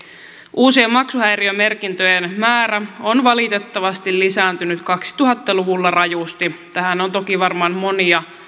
uusien maksuhäiriömerkintöjen määrä on valitettavasti lisääntynyt kaksituhatta luvulla rajusti tähän on toki varmaan monia